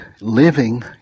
living